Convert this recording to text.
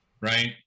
Right